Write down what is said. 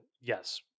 Yes